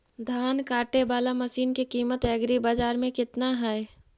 धान काटे बाला मशिन के किमत एग्रीबाजार मे कितना है?